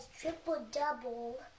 triple-double